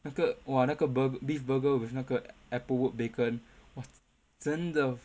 那个 !wah! 那个 burg~ beef burger with 那个 applewood bacon !wah! 真的